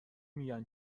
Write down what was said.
میگن